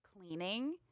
cleaning